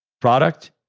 product